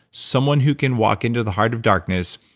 someone who can walk into the heart of darkness,